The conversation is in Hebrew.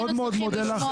אני מאוד מאוד מודה לך,